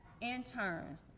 Interns